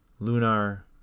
Lunar